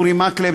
אורי מקלב,